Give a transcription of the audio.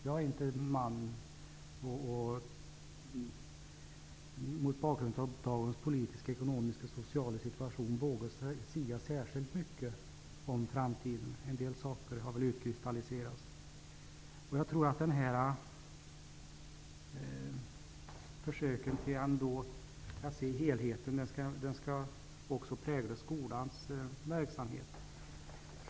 Jag är inte man att mot bakgrund av dagens politiska, ekonomiska och sociala situation våga sia särskilt mycket om framtiden. En del saker har väl utkristalliserats. Jag tror att försöken att ändå se helheten också skall prägla skolans verksamhet.